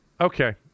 okay